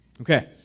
Okay